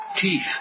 teeth